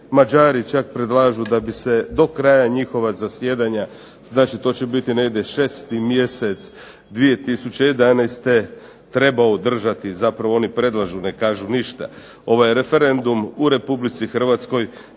Mađari čak predlažu da bi se do kraja njihova zasjedanja, znači to će biti negdje 6. mjesec 2011. trebao održati, zapravo oni predlažu, ne kažu ništa ovaj referendum u Republici Hrvatskoj,